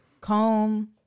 Comb